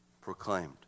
Proclaimed